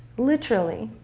literally,